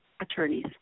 attorneys